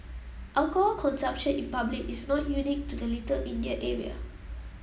alcohol consumption in public is not unique to the Little India area